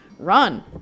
run